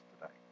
today